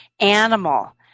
animal